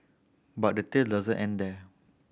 but the tail doesn't end there